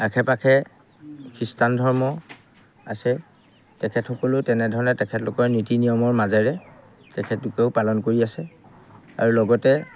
আশে পাশে খ্ৰীষ্টান ধৰ্ম আছে তেখেতসকলেও তেনেধৰণে তেখেতলোকৰ নীতি নিয়মৰ মাজেৰে তেখেতলোকেও পালন কৰি আছে আৰু লগতে